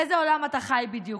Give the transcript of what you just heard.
באיזה עולם אתה חי בדיוק?